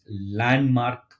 landmark